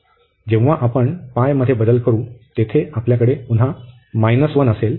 जेव्हा आपण मध्ये बदल करू तेथे आपल्याकडे पुन्हा 1 असेल